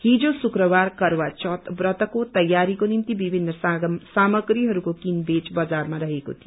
हिजो शुक्रबार करवा चौथ व्रतको तयारीको निम्त विभिन्न सामग्रीहरूको किन बेच वजारमा रहेको थियो